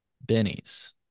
Benny's